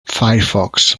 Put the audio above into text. firefox